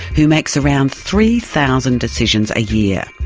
who makes around three thousand decisions a year.